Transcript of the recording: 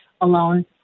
alone